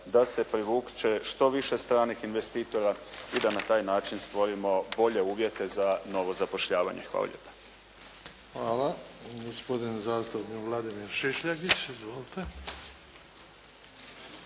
da se privuče što više stranih investitora i da na taj način stvorimo bolje uvjete za novo zapošljavanje. Hvala lijepa. **Bebić, Luka (HDZ)** Hvala. Gospodin zastupnik Vladimir Šišljagić. Izvolite.